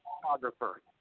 photographer